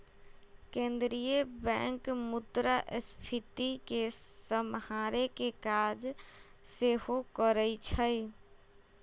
केंद्रीय बैंक मुद्रास्फीति के सम्हारे के काज सेहो करइ छइ